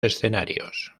escenarios